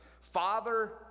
father